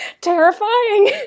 terrifying